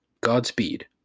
Godspeed